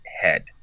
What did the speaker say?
head